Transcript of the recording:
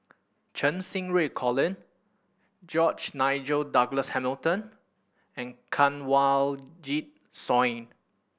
Cheng Xinru Colin George Nigel Douglas Hamilton and Kanwaljit Soin